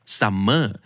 summer